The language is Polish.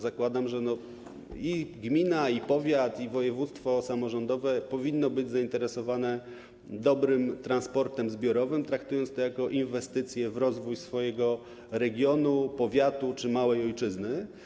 Zakładam, że i gmina, i powiat, i województwo samorządowe powinny być zainteresowane dobrym transportem zbiorowym, traktując to jako inwestycję w rozwój swojego regionu, powiatu czy małej ojczyzny.